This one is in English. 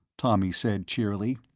tommy said cheerily.